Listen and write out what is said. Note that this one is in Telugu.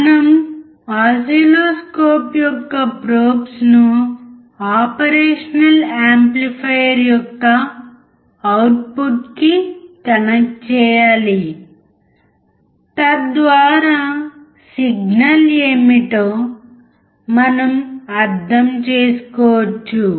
మనం ఓసిల్లోస్కోప్ యొక్క ప్రోబ్స్ ను ఆపరేషన్ యాంప్లిఫైయర్ యొక్క అవుట్పుట్ కీ కనెక్ట్ చేయాలి తద్వారా సిగ్నల్ ఏమిటో మనం అర్థం చేసుకోవచ్చు